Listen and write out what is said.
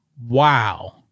Wow